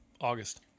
August